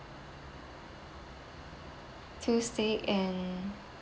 two steak and